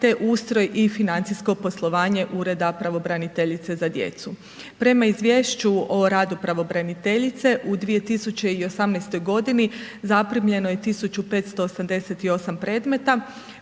te ustroj i financijsko poslova Ureda pravobraniteljice za djecu. Prema Izvješću o radu pravobraniteljice, u 2018. g. zaprimljeno je 1588 predmeta